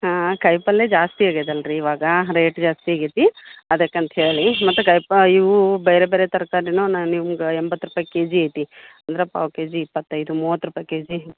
ಕಾಯಿಪಲ್ಲೆ ಜಾಸ್ತಿ ಆಗಿದಲ್ರೀ ಇವಾಗ ರೇಟ್ ಜಾಸ್ತಿ ಆಗೈತಿ ಅದಕ್ಕೆ ಅಂತೇಳಿ ಮತ್ತು ಕಾಯಿ ಪ ಇವು ಬೇರೆ ಬೇರೆ ತರಕಾರಿನೂ ನಾನು ನಿಮ್ಗೆ ಎಂಬತ್ತು ರೂಪಾಯಿ ಕೆ ಜಿ ಐತಿ ಅಂದ್ರೆ ಪಾವು ಕೆ ಜಿ ಇಪ್ಪತ್ತೈದು ಮೂವತ್ತು ರೂಪಾಯಿ ಕೆ ಜಿ